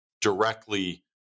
directly